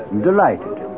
Delighted